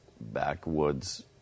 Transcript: backwoods